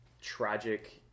tragic